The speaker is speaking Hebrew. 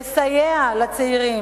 לסייע לצעירים,